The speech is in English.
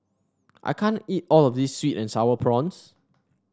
I can't eat all of this sweet and sour prawns